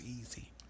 easy